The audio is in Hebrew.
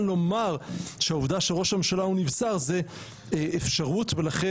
לומר שהעובדה שראש הממשלה הוא נבצר זו אפשרות ולכן